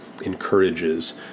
encourages